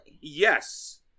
Yes